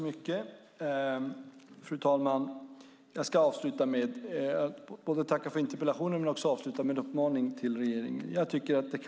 Fru talman! Jag avslutar både med att tacka för interpellationsdebatten och med en uppmaning till regeringen.